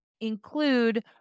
include